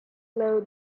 low